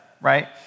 right